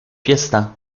fiesta